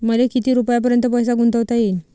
मले किती रुपयापर्यंत पैसा गुंतवता येईन?